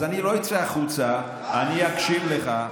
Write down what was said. אז אני לא אצא החוצה, אני אקשיב לך,